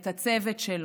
את הצוות שלו,